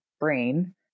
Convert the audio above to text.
brain